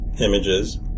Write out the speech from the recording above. images